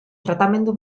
tratamendu